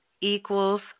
equals